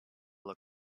look